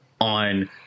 on